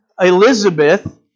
Elizabeth